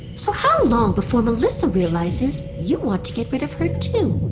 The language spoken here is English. so how long before melissa realizes you want to get rid of her, too?